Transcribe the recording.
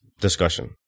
discussion